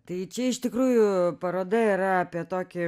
tai čia iš tikrųjų paroda yra apie tokį